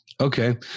Okay